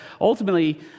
Ultimately